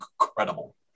incredible